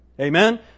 Amen